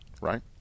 right